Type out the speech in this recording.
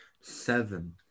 seven